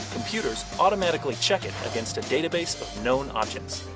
computers automatically check it against a database of known objects.